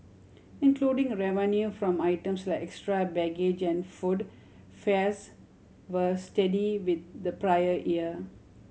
including revenue from items like extra baggage and food fares were steady with the prior year